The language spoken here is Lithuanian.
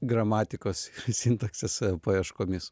gramatikos sintaksės paieškomis